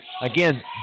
Again